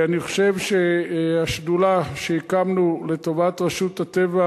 אני חושב שהשדולה שהקמנו לטובת רשות הטבע